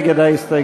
מי נגד ההסתייגויות?